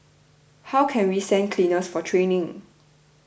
how can we send cleaners for training